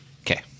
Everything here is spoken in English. Okay